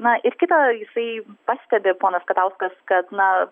na ir kita jisai pastebi ponas katauskas kad na